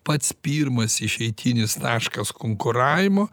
pats pirmas išeitinis taškas konkuravimo